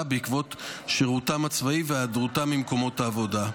בעקבות שירותם הצבאי והיעדרותם ממקומות העבודה.